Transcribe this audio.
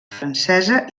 francesa